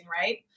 right